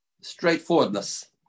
straightforwardness